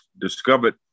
discovered